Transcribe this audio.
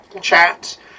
chat